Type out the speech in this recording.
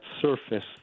surface